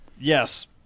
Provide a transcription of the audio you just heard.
yes